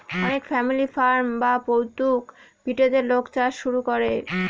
অনেক family farm বা পৈতৃক ভিটেতে লোক চাষ শুরু করে